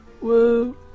Whoa